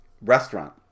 Restaurant